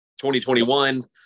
2021